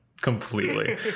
completely